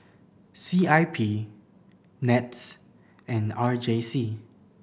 C I P NETS and R J C